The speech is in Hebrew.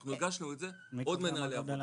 אנחנו הגשנו את זה עוד מנהלי עבודה.